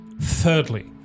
Thirdly